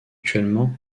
actuellement